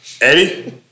Eddie